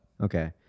Okay